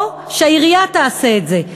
או שהעירייה תעשה את זה.